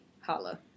Holla